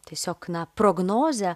tiesiog na prognozę